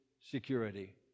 security